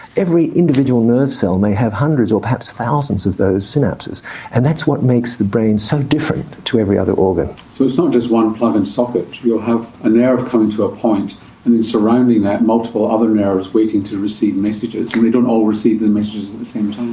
every individual nerve cell may have hundreds or perhaps thousands of those synapses and that's what makes the brain so different to every other organ. so not so just one plug and socket, you'll have a nerve coming to a point and then surrounding that, multiple other nerves waiting to receive messages, and they don't all receive the messages at the same time.